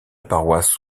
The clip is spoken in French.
paroisse